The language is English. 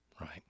Right